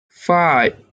five